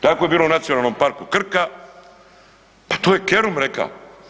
Tako je bilo u Nacionalnom parku Krka, pa to je Kerum rekao.